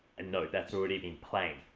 and note that's already been playing.